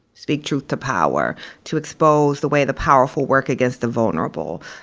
speak truth to power to expose the way the powerful work against the vulnerable